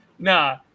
Nah